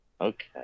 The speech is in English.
Okay